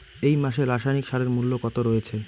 এই মাসে রাসায়নিক সারের মূল্য কত রয়েছে?